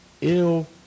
ill